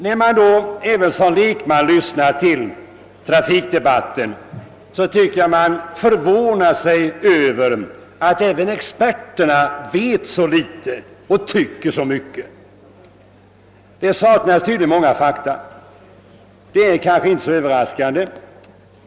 När man som lekman lyssnar till trafikdebatten förvånar man sig över att experterna vet så litet och tycker så mycket. Det saknas tydligen kunskap om många fakta. Men när allt kommer omkring är kanske detta inte så överraskande.